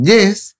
Yes